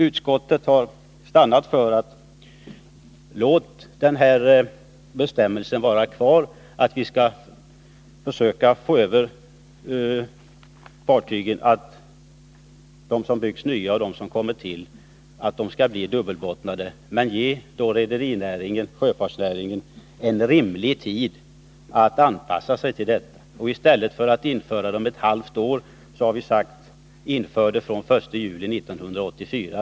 Utskottet har stannat för att det föreslagna avgiftssystemet skall införas. Vidare anser utskottet att de fartyg som byggs nya bör bli dubbelbottnade. Men utskottet vill ge sjöfartsnäringen en rimlig tid att anpassa sig härtill. I stället för att införa avgiftssystemet om ett halvt år har vi sagt att det bör införas från den 1 juli 1984.